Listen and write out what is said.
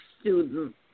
student